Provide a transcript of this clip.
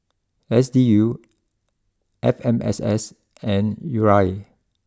S D U F M S S and U R A